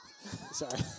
Sorry